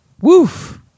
Woof